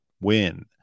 win